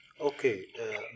Okay